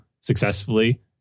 successfully